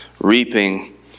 reaping